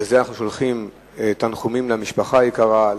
בזה אנחנו שולחים תנחומים למשפחה היקרה,